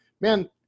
Man